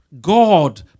God